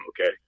okay